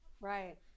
Right